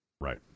Right